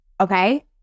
okay